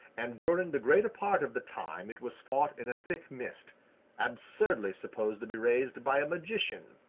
and during the greater part of the time it was fought in a thick mist absurdly supposed to be raised by a magician.